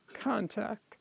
contact